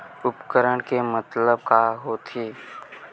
उपकरण के मतलब का होथे?